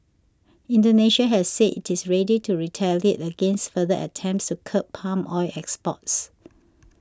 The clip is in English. Indonesia has said it is ready to retaliate against further attempts to curb palm oil exports